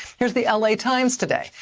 here is the l a. times today.